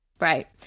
right